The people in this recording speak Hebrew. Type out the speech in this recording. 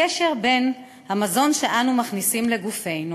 הקשר בין המזון שאנו מכניסים לגופנו